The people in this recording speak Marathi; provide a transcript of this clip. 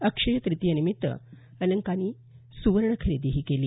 अक्षय तृतीयेनिमित्त अनेकांनी सुवर्ण अलंकार खरेदीही केली